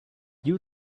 you